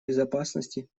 безопасности